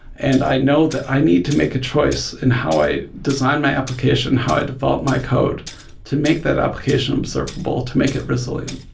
and i know that i need to make a choice in how i design my application, how i develop my code to make that application observable, to make it resilient.